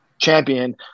champion